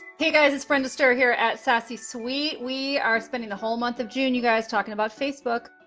hey guys! it's brenda ster here, at sassy suite. we are spending a whole month of june, you guys, talking about facebook.